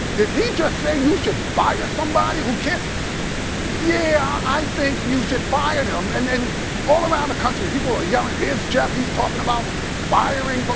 did he just say you should fire somebody who can't yeah. i think you should fire them. and and all around the country people are yelling, there's geoff, he is talking about firing but